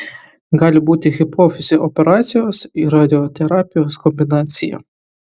gali būti hipofizio operacijos ir radioterapijos kombinacija